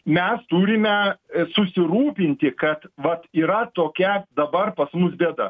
mes turime susirūpinti kad vat yra tokia dabar pas mus bėda